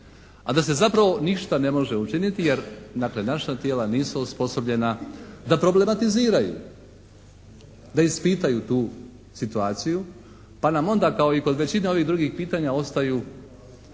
a da se zapravo ništa ne može učiniti jer dakle naša tijela nisu osposobljena da problematiziraju, da ispitaju tu situaciju pa nam onda kao i kod većine ovih drugih pitanja ostaju